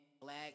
black